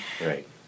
Right